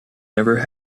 never